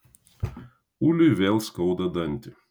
uliui vėl skauda dantį